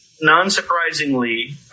non-surprisingly